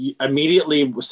immediately